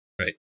Right